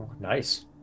Nice